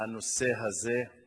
הנושא הזה הוא